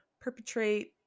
perpetrate